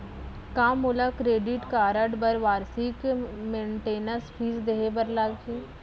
का मोला credit card बर वार्षिक मेंटेनेंस फीस देहे बर लागही?